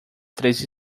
três